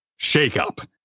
shakeup